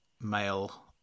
male